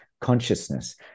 consciousness